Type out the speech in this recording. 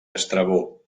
estrabó